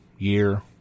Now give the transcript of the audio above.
year